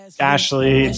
Ashley